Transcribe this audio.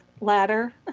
ladder